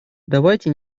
давайте